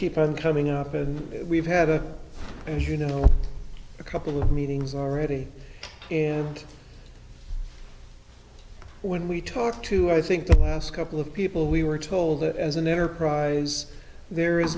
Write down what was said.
keep on coming up and we've had a you know a couple of meetings already am when we talked to i think the last couple of people we were told that as an enterprise there is